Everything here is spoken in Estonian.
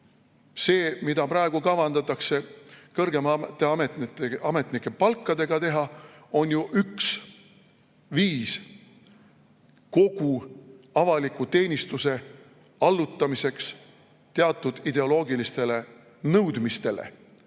See, mida praegu kavandatakse kõrgemate ametnike palkadega teha, on ju üks viis kogu avaliku teenistuse allutamiseks teatud ideoloogilistele nõudmistele.